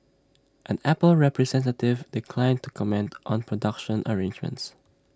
an Apple representative declined to comment on production arrangements